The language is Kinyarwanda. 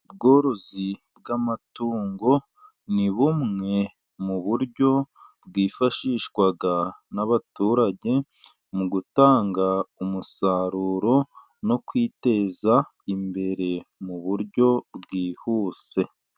Ubworozi bw'amatungo ni bumwe, mu buryo bwifashishwa n'abaturage mu gutanga umusaruro, no kwiteza imbere mu buryo bwihuse.